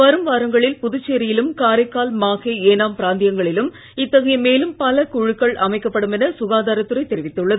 வரும் வாரங்களில் புதுச்சேரியிலும் காரைக்கால் மாஹே ஏனாம் பிராந்தியங்களிலும் இத்தகைய மேலும் பல குழுக்கள் அமைக்கப்படும் என சுகாதாரத் துறை தெரிவித்துள்ளது